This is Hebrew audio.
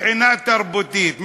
מבחינה תרבותית,